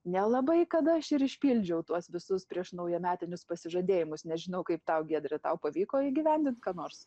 nelabai kada aš ir išpildžiau tuos visus prieš naujametinius pasižadėjimus nežinau kaip tau giedre tau pavyko įgyvendint ką nors